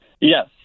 Yes